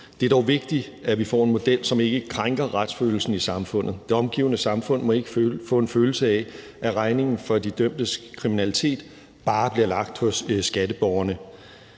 Det er dog vigtigt, at vi får en model, som ikke krænker retsfølelsen i samfundet. Det omgivende samfund må ikke få en følelse af, at regningen for de dømtes kriminalitet bare bliver lagt hos skatteborgerne.